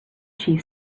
chief